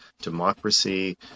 democracy